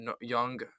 Young